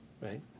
Right